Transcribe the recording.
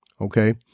Okay